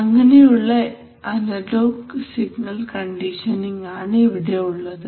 അങ്ങനെയുള്ള analog signal conditioning ആണ് ഇവിടെ ഉള്ളത്